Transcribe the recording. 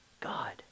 God